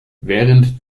während